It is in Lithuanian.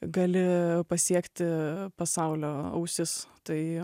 gali pasiekti pasaulio ausis tai